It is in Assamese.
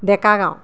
ডেকা গাঁও